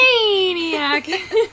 Maniac